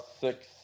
six